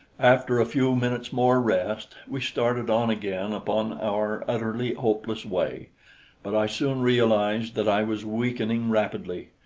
after a few minutes' more rest, we started on again upon our utterly hopeless way but i soon realized that i was weakening rapidly,